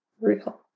real